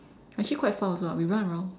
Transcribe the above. actually quite fun also [what] we run around